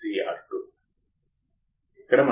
మరియు ఆచరణాత్మకంగా ఇది అనేక 1000 లు మనం చూసాం